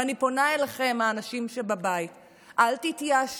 אני פונה אליכם, האנשים שבבית: אל תתייאשו.